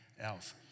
else